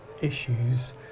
issues